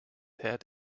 had